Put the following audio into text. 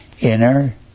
inner